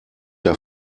der